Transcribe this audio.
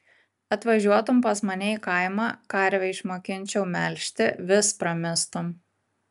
atvažiuotum pas mane į kaimą karvę išmokinčiau melžti vis pramistum